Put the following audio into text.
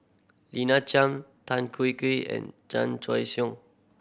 Lina Chiam Tan Kian Kian and Chan